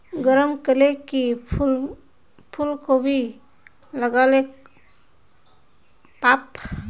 गरम कले की फूलकोबी लगाले पाम?